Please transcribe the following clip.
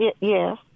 yes